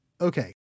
Okay